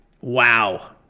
wow